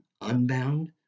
unbound